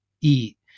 eat